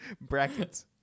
brackets